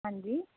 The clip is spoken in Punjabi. ਹਾਂਜੀ